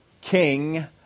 king